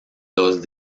dos